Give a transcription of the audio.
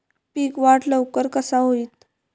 पीक वाढ लवकर कसा होईत?